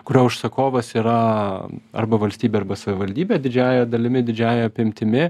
kurio užsakovas yra arba valstybė arba savivaldybė didžiąja dalimi didžiąja apimtimi